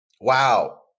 Wow